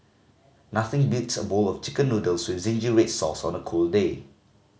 nothing beats a bowl of Chicken Noodles with zingy red sauce on a cold day